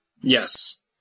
Yes